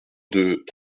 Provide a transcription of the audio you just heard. deux